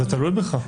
זה תלוי בך.